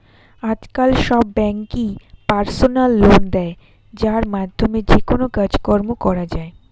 আজকাল সব ব্যাঙ্কই পার্সোনাল লোন দেয় যার মাধ্যমে যেকোনো কাজকর্ম করা যায়